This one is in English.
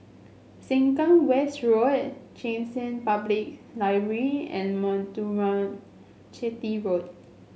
Sengkang West Road Cheng San Public Library and Muthuraman Chetty Road